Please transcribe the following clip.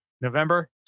November